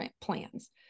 plans